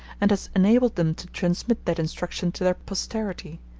and has enabled them to transmit that instruction to their posterity.